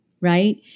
right